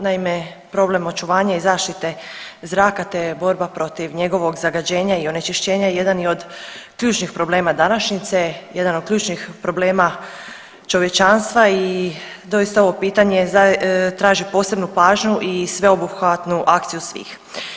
Naime, problem očuvanja i zaštite zraka te borba protiv njegovog zagađenja i onečišćenja jedan je od ključnih problema današnjice, jedan od ključnih problema čovječanstva i doista ovo pitanje traži posebnu pažnju i sveobuhvatnu akciju svih.